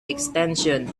extension